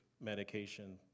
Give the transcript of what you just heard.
medication